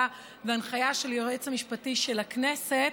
והנחיה של היועץ המשפטי של הכנסת,